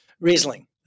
Riesling